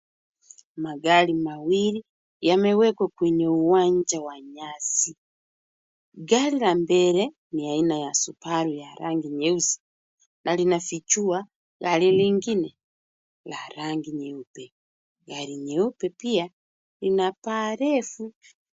Magari mawili yamewekwa kwenye uwanja wa nyasi. Gari la mbele ni ya aina ya subaru na ni ya rangi nyeusi na linafichua gari lingine la rangi nyeupe . Gari nyeupe pia lina paa refu.